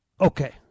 Okay